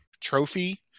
trophy